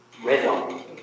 rhythm